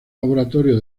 laboratorio